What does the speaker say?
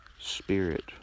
spirit